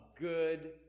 good